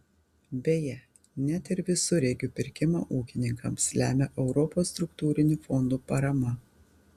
beje net ir visureigių pirkimą ūkininkams lemia europos struktūrinių fondų parama